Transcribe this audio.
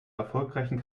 erfolgreichen